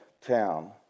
town